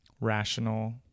rational